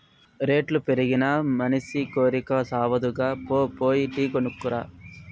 రేట్లు పెరిగినా మనసి కోరికి సావదుగా, పో పోయి టీ కొనుక్కు రా